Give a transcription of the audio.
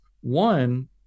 one